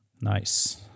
Nice